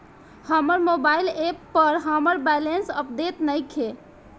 हमर mobile app पर हमर बैलेंस अपडेट नइखे